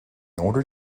order